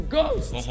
Ghost